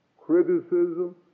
criticism